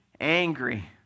angry